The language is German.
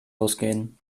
losgehen